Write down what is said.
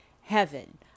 heaven